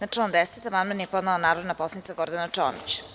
Na član 10. amandman je podnela narodna poslanica Gordana Čomić.